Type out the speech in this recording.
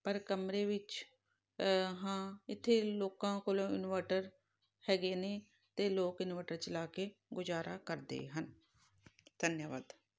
ਪਰ ਕਮਰੇ ਵਿੱਚ ਹਾਂ ਇੱਥੇ ਲੋਕਾਂ ਕੋਲੋਂ ਇਨਵਰਟਰ ਹੈਗੇ ਨੇ ਅਤੇ ਲੋਕ ਇਨਵਰਟਰ ਚਲਾ ਕੇ ਗੁਜ਼ਾਰਾ ਕਰਦੇ ਹਨ ਧੰਨਵਾਦ